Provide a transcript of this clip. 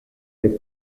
der